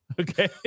Okay